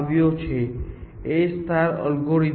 A એલ્ગોરિધમને નોડની શ્રેષ્ઠ કિંમત મળી ચૂકી છે